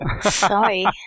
Sorry